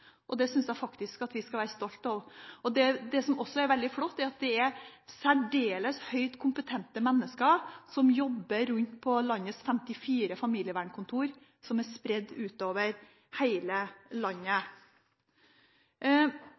Det synes jeg faktisk at vi skal være stolte av. Det som også er veldig flott, er at det er særdeles kompetente mennesker som jobber rundt på de 54 familievernkontorene som er spredt utover hele landet.